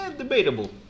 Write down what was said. Debatable